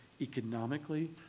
economically